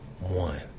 one